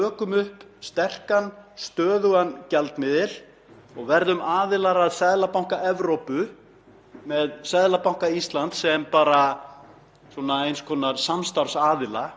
sem eins konar samstarfsaðila við bræðraþjóðir okkar þar, þá hverfur þetta vandamál eins og dögg fyrir sólu. Ég lofa ykkur því, það hverfur eins og dögg fyrir sólu.